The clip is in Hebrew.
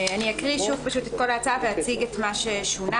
אני אקריא שוב את כל ההצעה ואציג את מה ששונה.